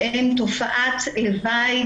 שהם תופעת לוואי,